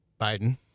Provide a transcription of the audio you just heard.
Biden